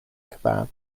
kebab